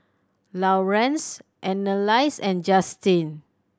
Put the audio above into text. Laurance Annalise and Justyn